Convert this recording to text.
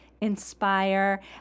inspire